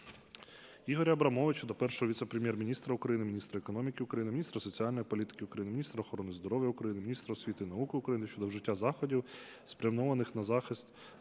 Ігоря Абрамовича до Першого віце-прем'єр-міністра України - міністра економіки України, міністра соціальної політики України, міністра охорони здоров'я України, міністра освіти і науки України щодо вжиття заходів, спрямованих на захист